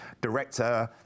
Director